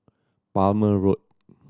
Palmer Road